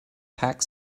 pack